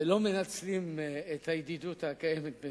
ולא מנצלים את הידידות הקיימת בינינו.